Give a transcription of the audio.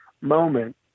moment